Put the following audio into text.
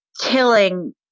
killing